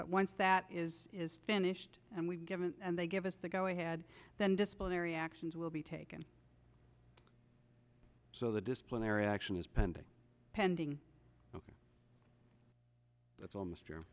but once that is is finished and we give and they give us the go ahead then disciplinary actions will be taken so the disciplinary action is pending pending ok